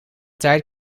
tijd